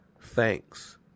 thanks